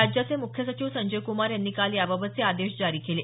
राज्याचे मुख्य सचिव संजय कुमार यांनी काल याबाबतचे आदेश जारी केले